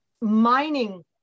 mining